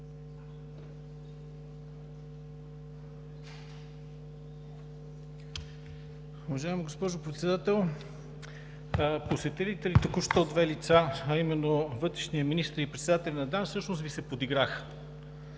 Уважаема госпожо Председател, посетилите ни току-що две лица, а именно вътрешният министър и председателят на ДАНС, всъщност Ви се подиграха,